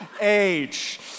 age